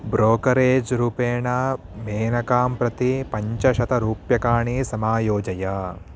brokerage रूपेण मेनकां प्रति पञ्चशतरूप्यकाणि समायोजय